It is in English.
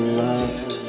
loved